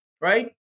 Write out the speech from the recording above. right